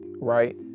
right